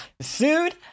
sued